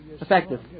Effective